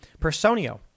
Personio